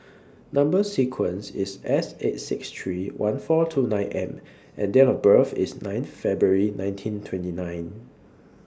Number sequence IS S eight six three one four two nine M and Date of birth IS nine February nineteen twenty nine